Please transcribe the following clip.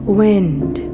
wind